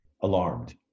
alarmed